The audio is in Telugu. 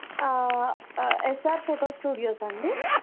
ఎస్ఆర్ ఫోటో స్టూడియోసా అండి